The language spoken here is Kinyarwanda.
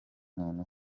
umuntu